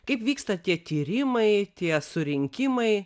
kaip vyksta tie tyrimai tie surinkimai